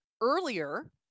earlier